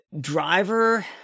driver